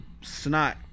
snot